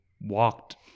walked